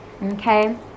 Okay